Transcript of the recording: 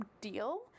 deal